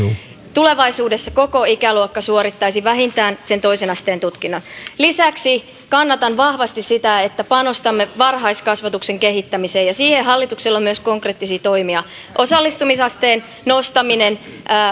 tulevaisuudessa koko ikäluokka suorittaisi vähintään sen toisen asteen tutkinnon lisäksi kannatan vahvasti sitä että panostamme varhaiskasvatuksen kehittämiseen ja siihen hallituksella on myös konkreettisia toimia osallistumisasteen nostaminen